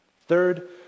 Third